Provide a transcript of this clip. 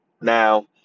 Now